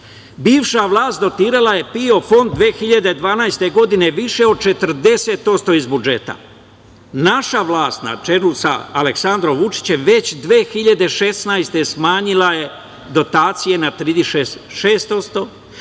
vlast dotirala je PIO Fond 2012. godine više od 40% iz budžeta. Naša vlast, na čelu sa Aleksandrom Vučićem, već 2016. godine smanjila dotacije na 36%,